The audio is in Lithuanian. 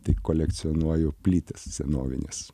tai kolekcionuoju plytas senovines